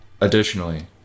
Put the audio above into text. Additionally